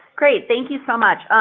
great. thank you so much.